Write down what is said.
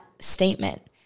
statement